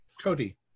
Cody